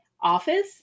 office